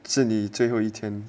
这里最后一天